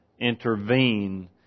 intervene